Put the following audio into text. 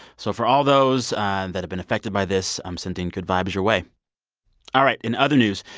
so for all those and that have been affected by this, i'm sending good vibes your way all right, in other news,